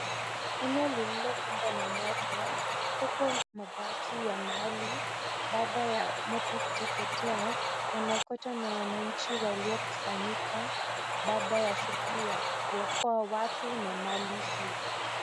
Eneo lililokumbwa na moto huku mabaki ya mali baada ya moto kuteketea, yanaokotwa na wananchi waliokusanyika, baada ya shughuli ya kuokoa watu na mali hii.